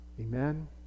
Amen